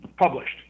published